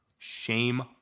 Shame